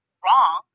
wrong